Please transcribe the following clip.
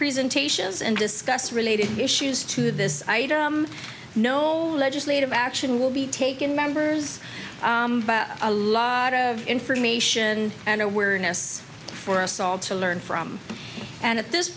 presentations and discuss related issues to this i know all legislative action will be taken members a lot of information and awareness for us all to learn from and at this